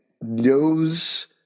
knows